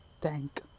thank